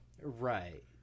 Right